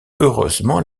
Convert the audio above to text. heureusement